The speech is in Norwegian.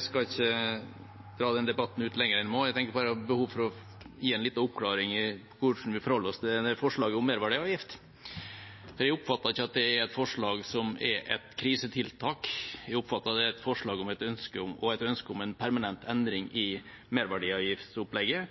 skal ikke dra ut denne debatten lenger enn jeg må. Jeg har bare et behov for å oppklare litt hvordan vi forholder oss til forslaget om merverdiavgift. Jeg oppfatter ikke det som et forslag som er et krisetiltak. Jeg oppfatter det som et forslag og et ønske om en permanent endring i merverdavgiftsopplegget.